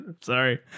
sorry